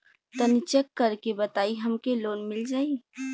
तनि चेक कर के बताई हम के लोन मिल जाई?